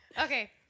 Okay